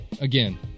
Again